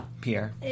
Pierre